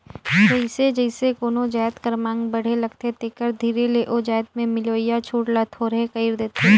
जइसे जइसे कोनो जाएत कर मांग बढ़े लगथे तेकर धीरे ले ओ जाएत में मिलोइया छूट ल थोरहें कइर देथे